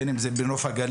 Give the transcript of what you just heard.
בין אם זה בנוף הגליל,